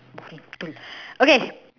okay don't okay